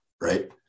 Right